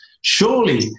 surely